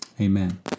Amen